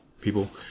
people